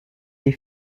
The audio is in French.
des